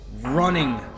running